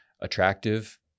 attractive